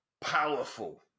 powerful